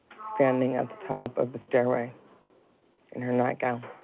standing at the top of the stairway in her nightgown.